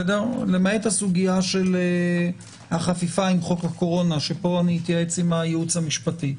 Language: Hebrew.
למעט הסוגיה של החפיפה עם חוק הקורונה פה אתייעץ עם הייעוץ המשפטי.